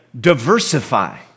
diversify